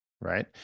right